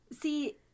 See